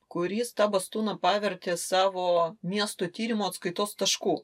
kuris tą bastūną pavertė savo miestų tyrimo atskaitos tašku